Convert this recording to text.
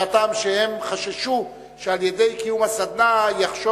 מהטעם שהם חששו שעל-ידי קיום הסדנה יחשוב